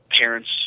Parents